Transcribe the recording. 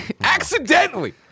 accidentally